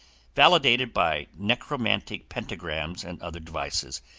validated by necromantic pentagrams and other devices,